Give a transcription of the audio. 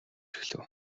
эхлэв